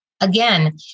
Again